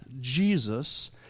Jesus